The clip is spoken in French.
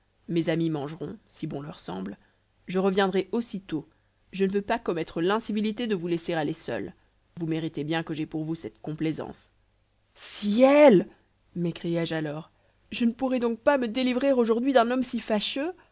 mes amis mangeront si bon leur semble je reviendrai aussitôt je ne veux pas commettre l'incivilité de vous laisser aller seul vous méritez bien que j'aie pour vous cette complaisance ciel m'écriai-je alors je ne pourrai donc pas me délivrer aujourd'hui d'un homme si